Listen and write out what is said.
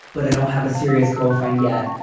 but i don't have a serious girlfriend yet.